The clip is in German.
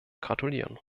gratulieren